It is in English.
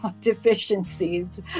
deficiencies